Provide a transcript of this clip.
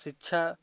शिक्षा